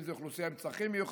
אם זה אוכלוסייה עם צרכים מיוחדים,